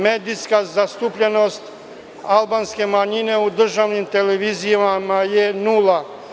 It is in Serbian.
Medijska zastupljenost albanske manjine u državnim televizijama je nula.